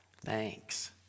Thanks